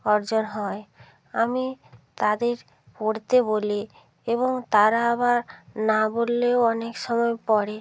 অর্জন হয় আমি তাদের পড়তে বলি এবং তারা আবার না বললেও অনেক সময় পড়ে